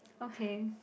okay